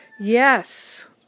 Yes